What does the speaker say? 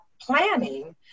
planning